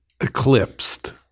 eclipsed